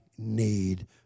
need